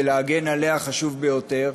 ולהגן עליה חשוב ביותר.